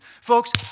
folks